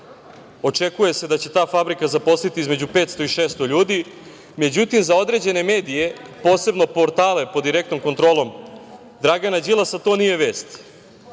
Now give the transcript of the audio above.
Očekuje se da će ta fabrika zaposliti između 500 i 600 ljudi. Međutim, za određene medije, posebno portale pod direktnom kontrolom Dragana Đilasa to nije vest.